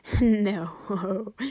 no